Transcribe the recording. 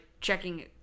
checking